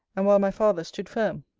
and while my father stood firm.